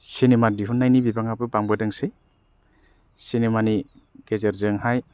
cinema दिहुननायनि बिबानाबो बांबोदोंसै सिनेमानि गेजेरजों हाय